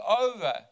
over